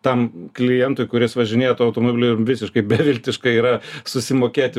tam klientui kuris važinėtu automobiliu visiškai beviltiška yra susimokėti